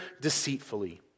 deceitfully